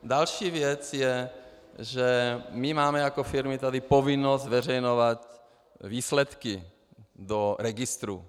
Další věc je, že my máme jako firmy tady povinnost zveřejňovat výsledky do registru.